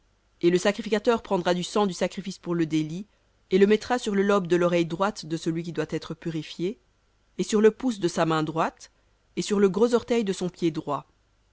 et le sacrificateur prendra du sang du sacrifice pour le délit et le mettra sur le lobe de l'oreille droite de celui qui doit être purifié et sur le pouce de sa main droite et sur le gros orteil de son pied droit